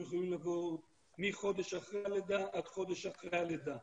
יכולים לבוא מחודש לפני הלידה עד חודש אחרי הלידה,